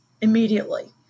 immediately